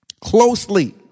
Closely